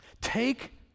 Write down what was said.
take